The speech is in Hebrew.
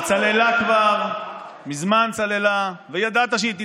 שצללה כבר, מזמן צללה, וידעת שהיא תצלול,